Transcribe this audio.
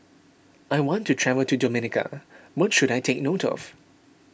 I want to travel to Dominica what should I take note of